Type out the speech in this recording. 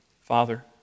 Father